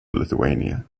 lithuania